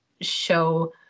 show